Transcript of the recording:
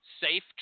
safe